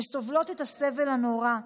וסובלות את הסבל הנורא,